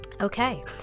Okay